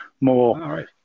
more